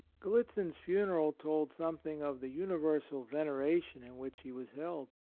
gallitzin's funeral told some thing of the universal venera tion in which he was held.